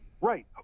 Right